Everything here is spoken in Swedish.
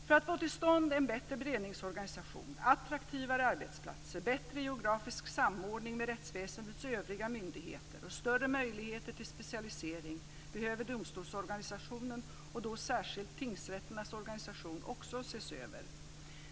För att få till stånd en bättre beredningsorganisation, attraktivare arbetsplatser, bättre geografisk samordning med rättsväsendets övriga myndigheter och större möjligheter till specialisering behöver domstolsorganisationen, och då särskilt tingsrätternas organisation, också ses över.